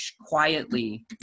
quietly